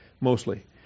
mostly